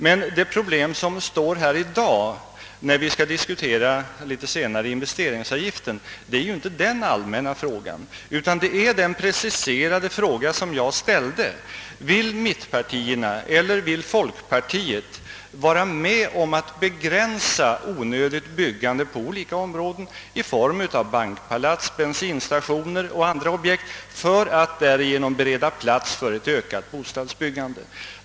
Den fråga jag ställde gällde inte investeringsavgiften i allmänhet, som vi skall diskutera litet senare i dag, utan jag ställde en preciserad fråga: Vill mittpartierna eller vill folkpartiet vara med om att begränsa ett onödigt byggande på olika områden i form av bankpalats, bensinstationer och andra objekt för att därigenom bereda plats för ökat bostadsbyggande?